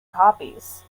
copies